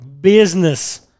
business